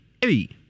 Hey